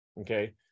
okay